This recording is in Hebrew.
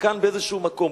וכאן באיזה מקום,